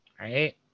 right